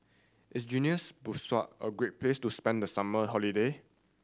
is Guineas Bissau a great place to spend the summer holiday